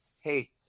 Hey